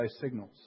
signals